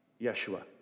Yeshua